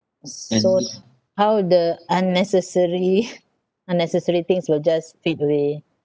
s~ so s~ how the unnecessary unnecessary things will just fade away